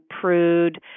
prude